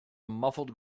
muffled